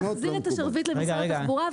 נחזיר את השרביט למשרד התחבורה,